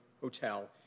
hotel